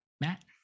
Matt